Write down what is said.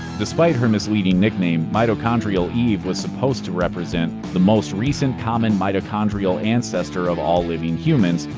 despite her misleading nickname, mitochondrial eve was supposed to represent. the most recent common mitochondrial ancestor of all living humans,